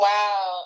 Wow